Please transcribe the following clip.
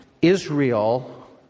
Israel